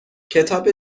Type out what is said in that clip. کتاب